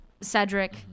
Cedric